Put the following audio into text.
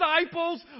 disciples